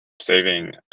saving